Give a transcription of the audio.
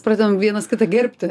pradedam vienas kitą gerbti